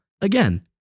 again